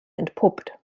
entpuppt